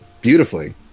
beautifully